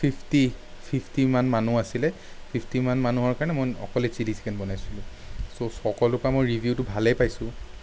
fifty ফিফটিমান মানুহ আছিলে ফিফটিমান মানুহৰ কাৰণে মই অকলে ছিলি চিকেন বনাইছিলোঁ চ' সকলো কামৰ ৰিভিউটো ভালেই পাইছোঁ